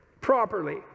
properly